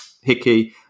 Hickey